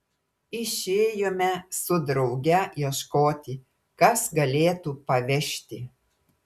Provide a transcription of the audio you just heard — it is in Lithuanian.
išėjome su drauge ieškoti kas galėtų pavežti